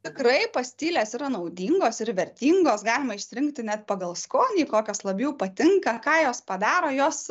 tikrai pastilės yra naudingos ir vertingos galima išsirinkti net pagal skonį kokios labiau patinka ką jos padaro jos